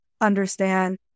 understand